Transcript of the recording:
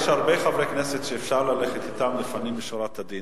יש הרבה חברי כנסת שאפשר ללכת אתם לפנים משורת הדין.